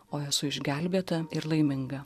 o esu išgelbėta ir laiminga